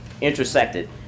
intersected